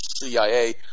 CIA